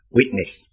witness